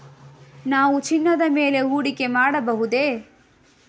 ನಾವು ಚಿನ್ನದ ಮೇಲೆ ಹೂಡಿಕೆ ಮಾಡಬಹುದೇ?